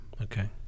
Okay